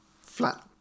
flat